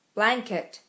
Blanket